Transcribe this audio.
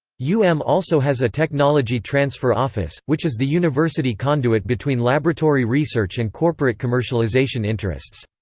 u m also has a technology transfer office, which is the university conduit between laboratory research and corporate commercialization interests.